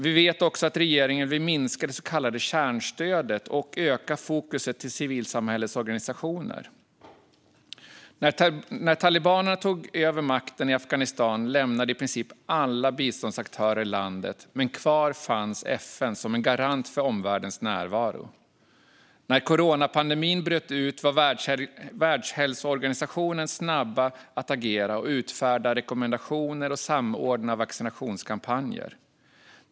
Vi vet också att regeringen vill minska det så kallade kärnstödet och öka fokuset på civilsamhällesorganisationer. När talibanerna tog över makten i Afghanistan lämnade i princip alla biståndsaktörer landet, men kvar fanns FN som en garant för omvärldens närvaro. När coronapandemin bröt ut var Världshälsoorganisationen snabb att agera och utfärda rekommendationer och samordna vaccinationskampanjer.